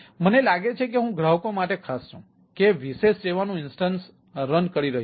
મને લાગે છે કે હું ગ્રાહકો માટે ખાસ છું કે વિશેષ સેવાનું ઇન્સ્ટન્સ ચાલી રહ્યું છે